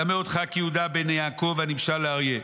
אדַמֶה אותך ליהודה בן יעקב אשר היה נמשל לאריה,